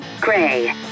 gray